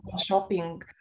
shopping